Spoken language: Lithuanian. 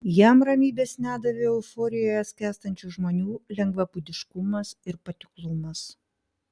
jam ramybės nedavė euforijoje skęstančių žmonių lengvabūdiškumas ir patiklumas